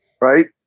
Right